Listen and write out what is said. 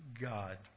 God